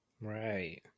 Right